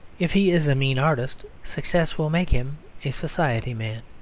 if he is a mean artist success will make him a society man.